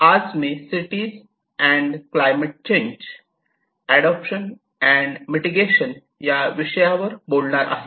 आज मी cities and climate change adaptation and mitigation या विषयावर बोलणार आहे